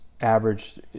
Average